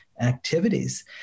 activities